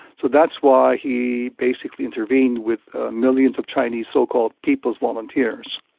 so that's why he basically intervened with millions of chinese, so-called people's volunteers.